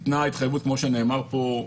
כמו שנאמר פה,